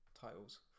titles